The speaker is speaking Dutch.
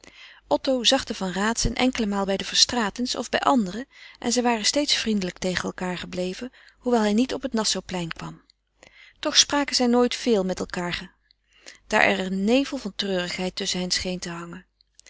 zag de van raats een enkele maal bij de verstraetens of bij anderen en zij waren steeds vriendelijk tegen elkaâr gebleven hoewel hij niet op het nassauplein kwam toch spraken zij nooit veel met elkaâr daar er een nevel van treurigheid tusschen hen scheen te hangen